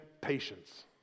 patience